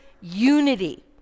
unity